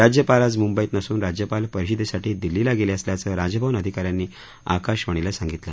राज्यपाल आज मुंबईत नसून राज्यपाल परिषदेसाठी दिल्लीला गेले असल्याचं राजभवन अधिका यांनी आकाशवाणीला सांगितलं